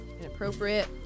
inappropriate